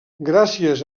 gràcies